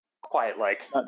Quiet-like